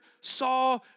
saw